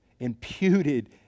imputed